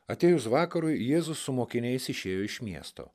atėjus vakarui jėzus su mokiniais išėjo iš miesto